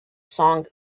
song